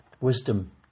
Wisdom